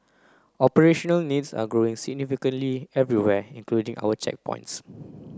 operational needs are growing significantly everywhere including our checkpoints